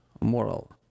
moral